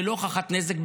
ללא הוכחת נזק,